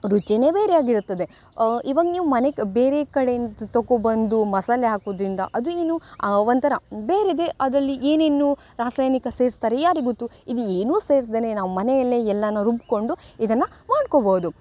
ರುಚಿಯೇ ಬೇರೆಯಾಗಿರುತ್ತದೆ ಇವಾಗ ನೀವು ಮನೆಗೆ ಬೇರೆ ಕಡೆಯಿಂದ ತಕೊಬಂದು ಮಸಾಲೆ ಹಾಕುದರಿಂದ ಅದು ಏನು ಒಂಥರ ಬೇರೆದೇ ಅದರಲ್ಲಿ ಏನೇನು ರಾಸಾಯನಿಕ ಸೇರ್ಸ್ತಾರೆ ಯಾರಿಗೆ ಗೊತ್ತು ಇದು ಏನು ಸೇರ್ಸ್ದೇನೆ ನಾವು ಮನೆಯಲ್ಲೆ ಎಲ್ಲಾನ ರುಬ್ಕೊಂಡು ಇದನ್ನು ಮಾಡ್ಕೊಬೋದು